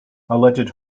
alleged